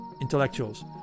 intellectuals